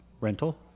rental